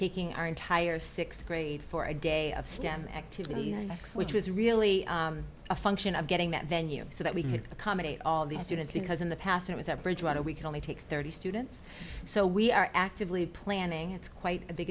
taking our entire sixth grade for a day of stem activities next which was really a function of getting that venue so that we could accommodate all of these students because in the past it was at bridgewater we can only take thirty students so we are actively planning it's quite a big